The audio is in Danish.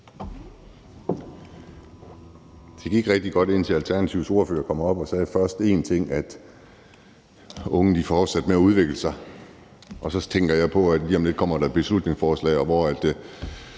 Det gik rigtig godt, indtil Alternativets ordfører kom herop og sagde først én ting, nemlig at unge fortsætter med at udvikle sig, og så tænker jeg på, at lige om lidt kommer der et beslutningsforslag, hvortil